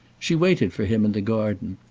she waited for him in the garden,